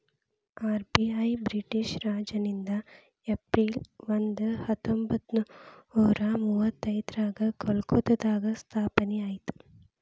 RBI British ರಾಜನಿಂದ April ಒಂದ ಹತ್ತೊಂಬತ್ತನೂರ ಮುವತ್ತೈದ್ರಾಗ ಕಲ್ಕತ್ತಾದಾಗ ಸ್ಥಾಪನೆ ಆಯ್ತ್